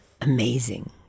Amazing